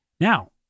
Now